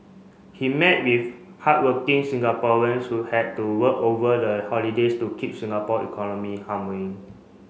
he met with hardworking Singaporeans who had to work over the holidays to keep Singapore economy humming